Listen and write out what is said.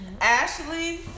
ashley